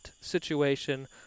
situation